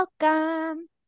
welcome